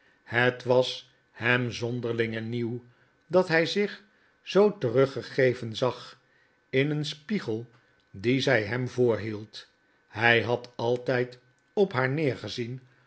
het was hem zonderling en nieuw dat hy zich zoo teruggegeven zag in een spiegel dien zy hem voorhield hij had altyd ophaarneergezien